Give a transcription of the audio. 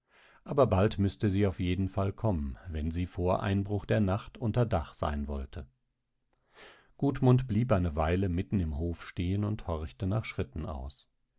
aber bald müßte sie auf jeden fall kommen wenn sie vor einbruch der nacht unter dach sein wollte gudmund blieb eine weile mitten im hof stehen und horchte nach schritten aus